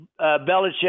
Belichick